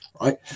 right